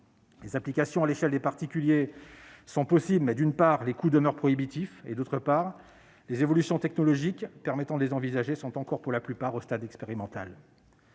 Les applications à l'échelle des particuliers sont possibles, mais, d'une part, les coûts demeurent prohibitifs et, d'autre part, les évolutions technologiques permettant de les envisager en sont encore, pour la plupart, au stade expérimental.